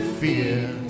fear